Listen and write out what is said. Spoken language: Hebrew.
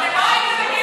לא נכון.